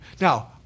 Now